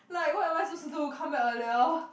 like what am I supposed to do come back earlier